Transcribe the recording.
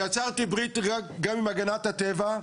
ויצרתי ברית גם עם הגנת הטבע,